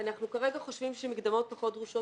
אנחנו כרגע חושבים שמקדמות פחות דרושות